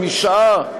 משעה,